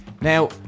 Now